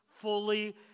fully